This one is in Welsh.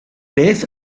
beth